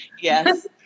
Yes